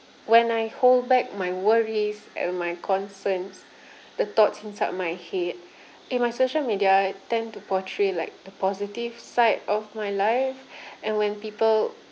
when I hold back my worries and my concerns the thoughts inside my head eh my social media tend to portray like the positive side of my life and when people